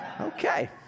Okay